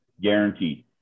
Guaranteed